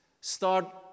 start